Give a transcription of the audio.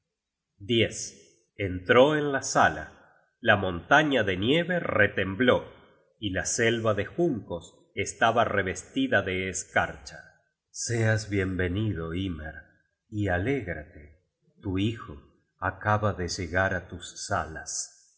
caza entró en la sala la montaña de nieve retembló y la selva de juncos estaba revestida de escarcha seas bien venido hymer y alégrate tu hijo acaba de llegar á tus salas